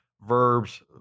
verbs